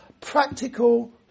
practical